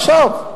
עכשיו.